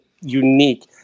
unique